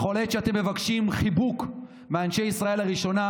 בכל עת שאתם מבקשים חיבוק מאנשי ישראל הראשונה,